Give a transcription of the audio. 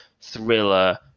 thriller